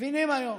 מבינים היום